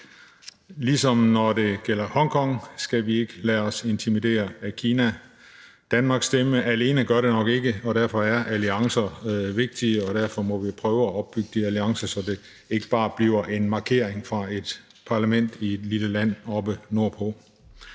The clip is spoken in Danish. Ligesom når det gælder Hongkong, skal vi ikke lade os intimidere af Kina. Danmarks stemme alene gør det nok ikke, og derfor er alliancer vigtige, og derfor må vi prøve at opbygge de alliancer, så det ikke bare bliver en markering fra et parlament i et lille land oppe nordpå.